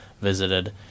visited